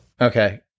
okay